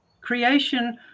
creation